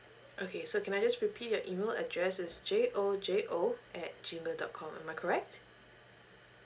okay so can I just repeat your email address is J O J O at G mail dot com am I correct